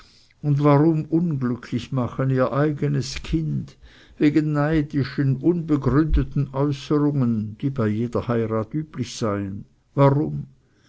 und warum unglücklich machen ihr eigenes kind wegen neidischen unbegründeten äußerungen die bei jeder heirat üblich seien warum